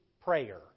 prayer